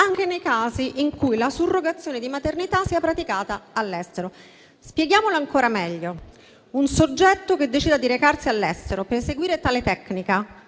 anche nei casi in cui la surrogazione di maternità sia praticata all'estero. Spieghiamolo ancora meglio: un soggetto che decida di recarsi all'estero per eseguire tale tecnica